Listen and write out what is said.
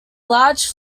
large